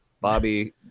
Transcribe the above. Bobby